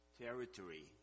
territory